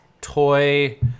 toy